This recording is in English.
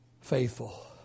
faithful